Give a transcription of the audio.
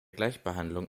gleichbehandlung